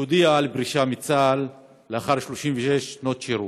שהודיע על פרישה מצה"ל לאחר 36 שנות שירות.